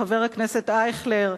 חבר הכנסת אייכלר,